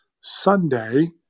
Sunday